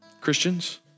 Christians